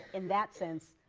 in that sense,